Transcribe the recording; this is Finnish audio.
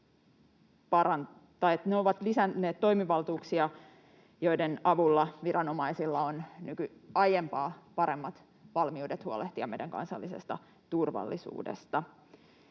viranomaisille toimivaltuuksia, joiden avulla viranomaisilla on aiempaa paremmat valmiudet huolehtia meidän kansallisesta turvallisuudesta.